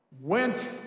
went